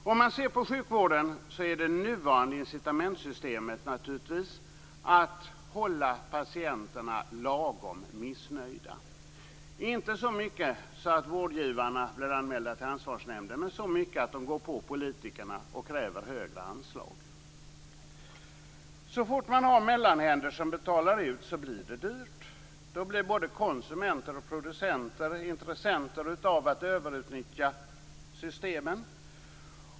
Beträffande sjukvården är det nuvarande incitamentsystemet naturligtvis att hålla patienterna lagom missnöjda, inte så mycket att vårdgivarna blir anmälda till ansvarsnämnden men så pass mycket att de går på politikerna och kräver högre anslag. Så fort som man har mellanhänder som betalar ut blir det dyrt. Då blir både konsumenter och producenter intresserade av att överutnyttja systemen.